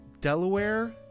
Delaware